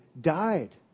died